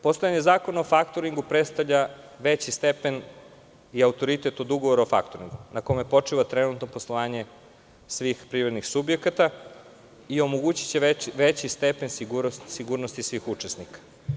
Postojanje zakona o faktoringu predstavlja veći stepen i autoritet od ugovora o faktoringu, na kome počiva trenutno poslovanje svih privrednih subjekata i omogućiće veći stepen sigurnosti svih učesnika.